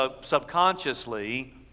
subconsciously